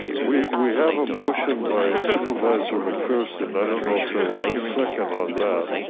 we we have a motion by supervisor mcpherson, i don't know if there was a second on that.